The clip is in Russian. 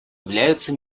являются